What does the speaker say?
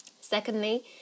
Secondly